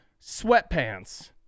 sweatpants